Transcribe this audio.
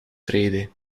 vrede